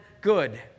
good